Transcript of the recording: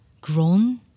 grown